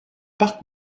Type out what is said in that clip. parc